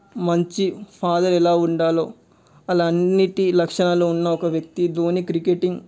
మంచి ఫాదర్ ఎలా ఉండాలో అలా అన్నిటి లక్షణాలు ఉన్న వ్యక్తి ధోని క్రికెటింగ్